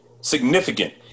Significant